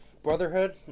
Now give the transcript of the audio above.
Brotherhood